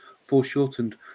foreshortened